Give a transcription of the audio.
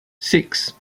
six